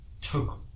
took